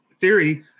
Theory